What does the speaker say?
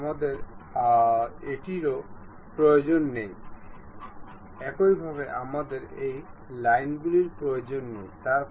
যাইহোক মোশনের লুস ডিগ্রীর কারণে এটি সরানো হবে এবং এটি পাশাপাশি ঘূর্ণায়মান হতে পারে